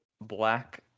black